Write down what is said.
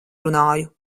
runāju